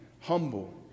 humble